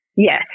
Yes